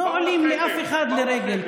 לא עולים אל אף אחד לרגל.